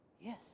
yes